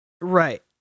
Right